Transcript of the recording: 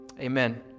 Amen